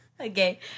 Okay